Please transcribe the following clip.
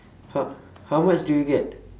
how how much do you get